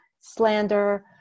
slander